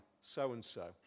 so-and-so